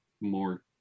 more